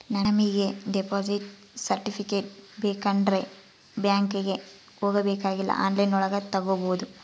ನಮಿಗೆ deposit certificate ಬೇಕಂಡ್ರೆ ಬ್ಯಾಂಕ್ಗೆ ಹೋಬಾಕಾಗಿಲ್ಲ ಆನ್ಲೈನ್ ಒಳಗ ತಕ್ಕೊಬೋದು